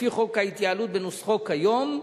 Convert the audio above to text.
לפי חוק ההתייעלות בנוסחו כיום,